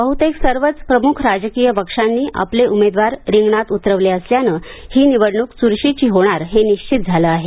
बहुतेक सर्वच प्रमुख राजकीय पक्षांनी आपले उमेदवार रिंगणात उतरवले असल्यानं ही निवडणूक चुरशीची होणार हे निश्चित झालं आहे